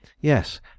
Yes